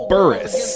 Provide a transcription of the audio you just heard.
Burris